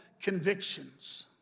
convictions